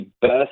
best